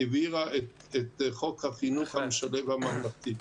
העבירה את חוק החינוך המשלב הממלכתי.